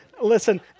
listen